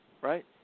right